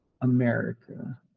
America